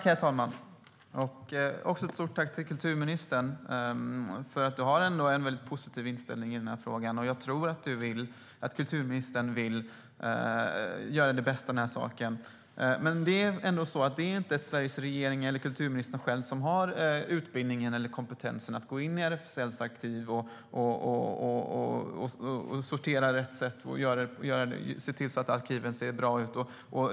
Herr talman! Jag vill rikta ett stort tack till kulturministern. Hon har en positiv inställning i frågan. Jag tror också att kulturministern vill det bästa i fråga om det här. Men det är inte Sveriges regering eller kulturministern själv som har utbildningen eller kompetensen för att gå in i RFSL:s arkiv och sortera och se till att arkiven ser bra ut.